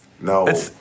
No